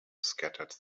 scattered